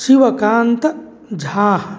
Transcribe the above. शिवकान्तझाः